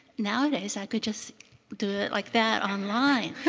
nowadays i could just do like that online.